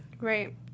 Right